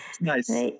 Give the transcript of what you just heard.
nice